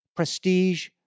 prestige